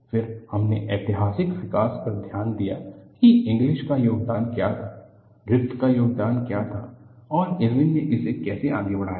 फिर हमने ऐतिहासिक विकास पर ध्यान दिया कि इंगलिस का योगदान क्या था ग्रिफ़िथ का योगदान क्या था और इरविन ने इसे कैसे आगे बढ़ाया